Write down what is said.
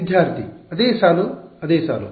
ವಿದ್ಯಾರ್ಥಿ ಅದೇ ಸಾಲು ಅದೇ ಸಾಲು